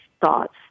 thoughts